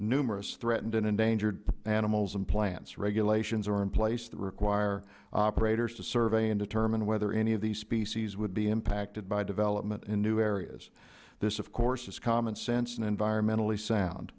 numerous threatened and endangered animals and plants regulations are in place that require operators to survey and determine whether any of these species would be impacted by development in new areas this of course is common sense and environmentally sound